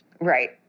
Right